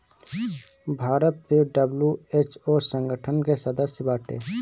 भारत भी डब्ल्यू.एच.ओ संगठन के सदस्य बाटे